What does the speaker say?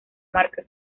marca